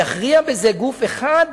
יכריע בזה גוף אחד,